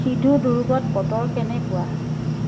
সিধু দুৰ্গত বতৰ কেনেকুৱা